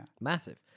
massive